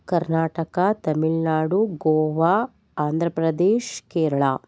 Karnataka Tamil Nadu Goa Andhra Pradesh Kerala